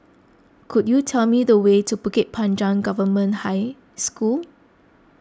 could you tell me the way to Bukit Panjang Government High School